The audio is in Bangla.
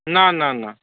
না না না